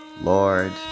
Lord